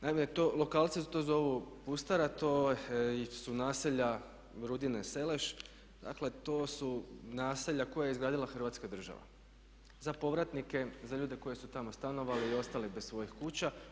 Naime, lokalci to zovu pustara, to su naselja Rudine, Seleš, dakle to su naselja koja je izgradila Hrvatska država za povratnike, za ljude koji su tamo stanovali i ostali bez svojih kuća.